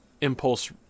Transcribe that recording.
Impulse